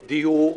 דיור,